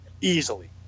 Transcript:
easily